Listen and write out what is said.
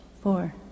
Four